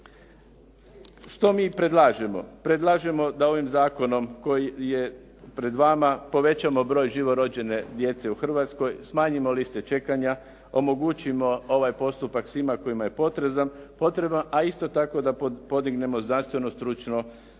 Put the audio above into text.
Što mi predlažemo? Predlažemo da ovim zakonom koji je pred vama povećamo broj živo rođene djece u Hrvatskoj, smanjimo liste čekanja, omogućimo ovaj postupak svima kojima je potrebno, a isto tako da podignemo znanstvenu i stručnu